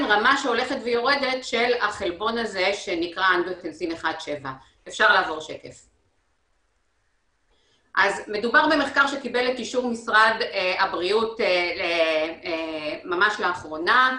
רמה שהולכת ויורדת של החלבון הזה שנקרא אנגיוטנסין 1.7. מדובר במחקר שקיבל את אישור משרד הבריאות ממש לאחרונה,